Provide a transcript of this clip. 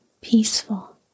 peaceful